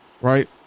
right